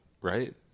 Right